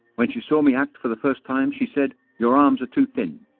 when she saw me act for the first time she said, your arms are too thin